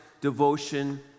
devotion